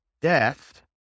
Death